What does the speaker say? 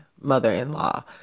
mother-in-law